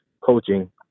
coaching